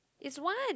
is one